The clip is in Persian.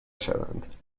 شوند